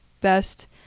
best